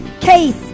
Case